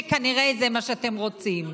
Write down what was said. שכנראה זה מה שאתם רוצים.